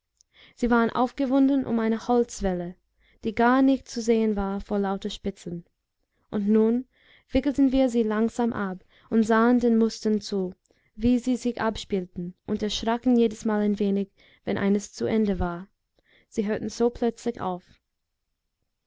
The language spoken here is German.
sie waren aufgewunden um eine holzwelle die gar nicht zu sehen war vor lauter spitzen und nun wickelten wir sie langsam ab und sahen den mustern zu wie sie sich abspielten und erschraken jedesmal ein wenig wenn eines zu ende war sie hörten so plötzlich auf